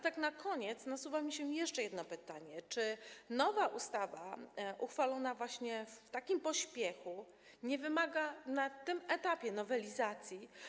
Tak na koniec nasuwa mi się jeszcze jedno pytanie: Czy nowa ustawa, uchwalona w takim pośpiechu, nie wymaga na tym etapie nowelizacji?